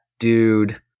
Dude